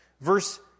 Verse